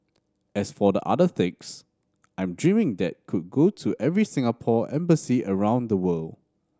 as for the other six I'm dreaming that could go to every Singapore embassy around the world